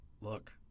look